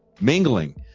mingling